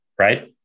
right